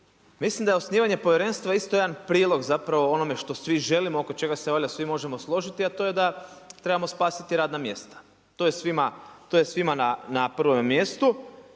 Mislim da je osnivanje povjerenstva isto jedan prilog onome što svi želimo oko čega se svi možemo složiti, a to je da trebamo spasiti radna mjesta. To je svima na prvom mjestu.